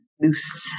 loose